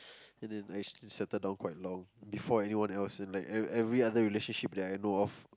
and then I settle down quite long before anyone else and like every every other relationship that I know of